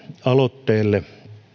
aloitteelle